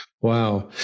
Wow